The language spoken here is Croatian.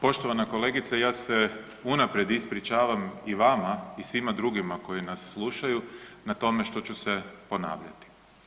Poštovana kolegice, ja se unaprijed ispričavam i vama i svima drugima koji nas slušaju, na tome što ću se ponavljati.